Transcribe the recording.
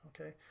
Okay